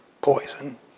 poison